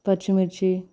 పచ్చిమిర్చి